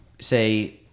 say